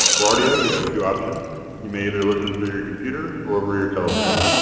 for audio you have two options you may either listen through your computer or over your telephone.